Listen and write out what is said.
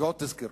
זה עוד תזכרו.